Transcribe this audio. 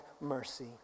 mercy